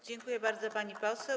Dziękuję bardzo, pani poseł.